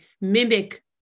mimic